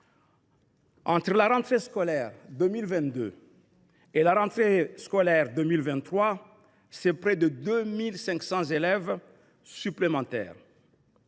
Entre la rentrée scolaire 2022 et la rentrée 2023, près de 2 500 élèves supplémentaires